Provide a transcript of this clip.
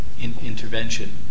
intervention